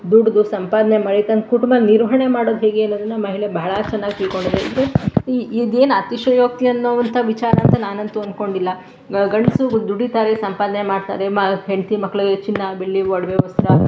ದುಡ್ದು ಸಂಪಾದನೆ ಮಾಡಿ ತನ್ನ ಕುಟುಂಬ ನಿರ್ವಹಣೆ ಮಾಡೋದು ಹೇಗೆ ಅನ್ನೋದನ್ನ ಮಹಿಳೆ ಬಹಳ ಚೆನ್ನಾಗಿ ತಿಳ್ಕೊಂಡಿದ್ದಾಳೆ ಇದು ಇದೇನು ಅತಿಶಯೋಕ್ತಿ ಅನ್ನುವಂಥ ವಿಚಾರ ಅಂತ ನಾನು ಅಂತೂ ಅಂದ್ಕೊಂಡಿಲ್ಲ ಗಂಡಸು ದುಡಿತಾರೆ ಸಂಪಾದನೆ ಮಾಡ್ತಾರೆ ಮ ಹೆಂಡತಿ ಮಕ್ಳಿಗೆ ಚಿನ್ನ ಬೆಳ್ಳಿ ಒಡವೆ ವಸ್ತ್ರ